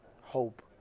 hope